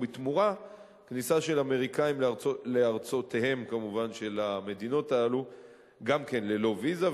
ובתמורה הכניסה של אמריקנים לארצותיהן של המדינות הללו גם היא ללא ויזה,